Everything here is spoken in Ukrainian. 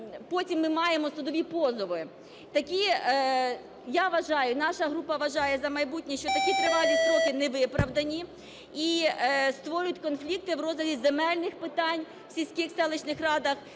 потім ми маємо судові позови. Я вважаю, і наша група вважає "За майбутнє", що такі тривалі строки не виправдані і створюють конфлікти в розгляді земельних питань в сільських, селищних радах